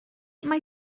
mai